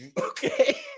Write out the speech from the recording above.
Okay